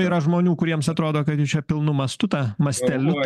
yra žmonių kuriems atrodo kad jau čia pilnu mastu ta masteliu